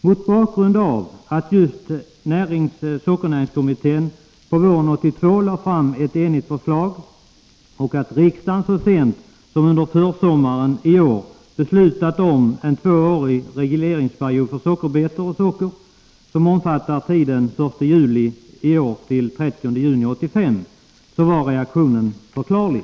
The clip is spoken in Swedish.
Mot bakgrund av att just sockernäringskommittén våren 1982 lade fram ett enigt förslag och riksdagen så sent som under försommaren i år beslutadeom Nr 16 en tvåårig regleringsperiod för sockerbetor och socker, som omfattar tiden Torsdagen den fr.o.m. den 1 juli i år t.o.m. den 30 juni 1985, var reaktionen förklarlig.